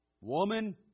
Woman